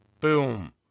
Boom